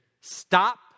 stop